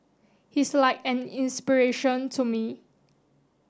he's like an inspiration to me